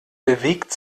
bewegt